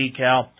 decal